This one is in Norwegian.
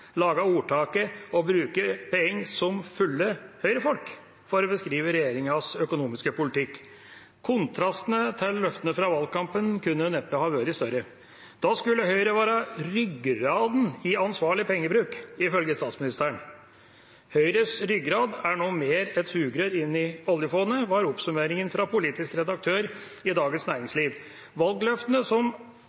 ordtaket: Å bruke penger som fulle Høyre-folk – for å beskrive regjeringas økonomiske politikk. Kontrastene til løftene fra valgkampen kunne neppe ha vært større. Da skulle Høyre være ryggraden i ansvarlig pengebruk, ifølge statsministeren. Høyres ryggrad er nå mer et sugerør inn i oljefondet, var oppsummeringen fra politisk redaktør i Dagens Næringsliv. Valgløftene